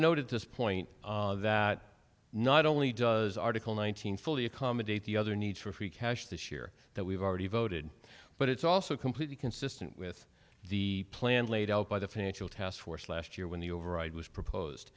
at this point that not only does article nine hundred fifty accommodate the other need for free cash this year that we've already voted but it's also completely consistent with the plan laid out by the financial taskforce last year when the override was proposed